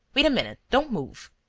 wait a minute. don't move.